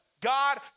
God